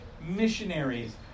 missionaries